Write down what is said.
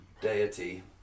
deity